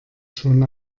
schon